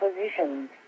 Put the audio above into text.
positions